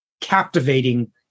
captivating